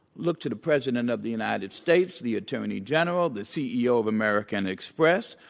look to the president of the united states, the attorney general, the ceo of american express.